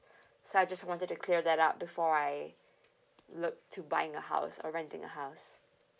so I just wanted to clear that up before I look to buying a house or renting a house